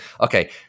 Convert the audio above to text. Okay